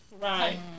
Right